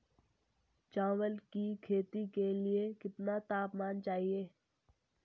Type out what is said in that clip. चावल की खेती के लिए कितना तापमान चाहिए?